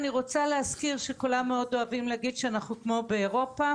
אני רוצה להזכיר שכולם מאוד אוהבים להגיד שאנחנו כמו באירופה